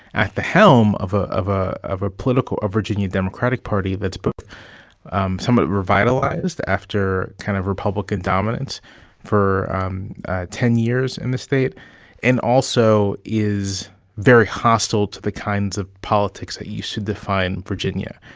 at the helm of a political a of a political a virginia democratic party that's both um somewhat revitalized after kind of republican dominance for um ten years in the state and also is very hostile to the kinds of politics that used to define virginia.